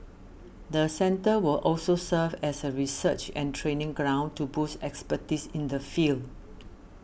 the centre will also serve as a research and training ground to boost expertise in the field